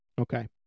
Okay